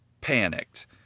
panicked